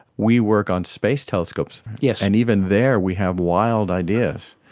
we work on space telescopes, yeah and even there we have wild ideas.